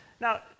Now